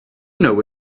know